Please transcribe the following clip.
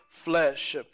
flesh